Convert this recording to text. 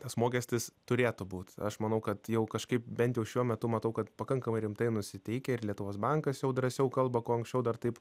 tas mokestis turėtų būt aš manau kad jau kažkaip bent jau šiuo metu matau kad pakankamai rimtai nusiteikę ir lietuvos bankas jau drąsiau kalba ko anksčiau dar taip